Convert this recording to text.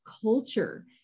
culture